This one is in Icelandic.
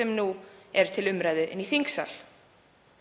sem nú er til umræðu í þingsal.